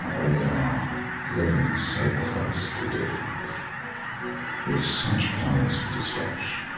ah we are living so close to difference with such powers of destruction